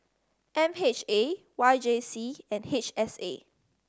M H A Y J C and H S A